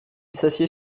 s’assied